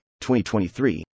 2023